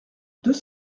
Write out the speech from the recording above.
deux